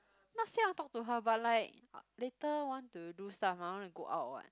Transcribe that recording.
not say I want talk to her but like I later want to do stuff mah I want to go out what